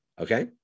okay